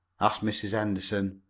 asked mrs. henderson.